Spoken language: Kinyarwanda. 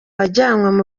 wajyanwe